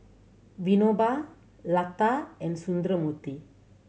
Vinoba Lata and Sundramoorthy